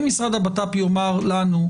יאמר לנו: